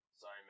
Sorry